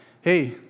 hey